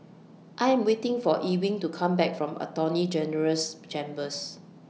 I Am waiting For Ewing to Come Back from Attorney General's Chambers